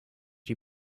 die